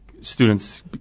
students